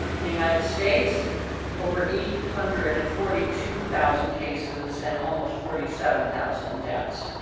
in the united states over eight hundred and forty two thousand cases and almost forty seven thousand deaths.